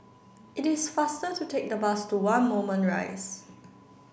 it is faster to take the bus to one Moulmein Rise